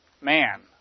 man